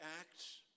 acts